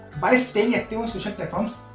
by staying active on social platforms,